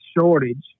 shortage